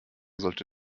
sollte